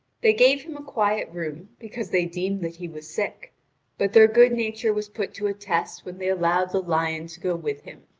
they gave him a quiet room, because they deemed that he was sick but their good nature was put to a test when they allowed the lion to go with him.